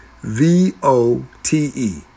V-O-T-E